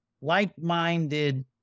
like-minded